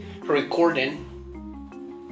recording